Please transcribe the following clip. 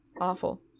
awful